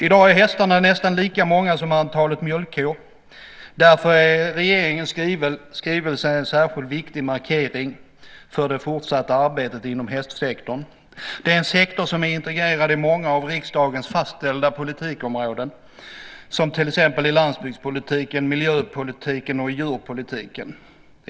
I dag är hästarna nästan lika många som antalet mjölkkor. Därför är regeringens skrivelse en särskilt viktig markering för det fortsatta arbetet inom hästsektorn. Det är en sektor som är integrerad i många av riksdagens fastställda politikområden, till exempel i landsbygdspolitiken, i miljöpolitiken och i djurpolitiken.